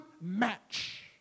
match